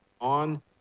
on